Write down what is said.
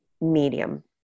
medium